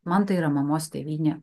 man tai yra mamos tėvynė